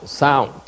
sound